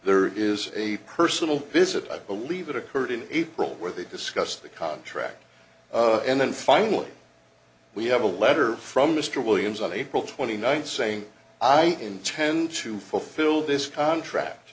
there is a personal visit i believe it occurred in april where they discussed the contract and then finally we have a letter from mr williams on april twenty ninth saying i intend to fulfill this contract